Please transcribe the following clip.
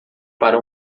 para